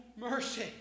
mercy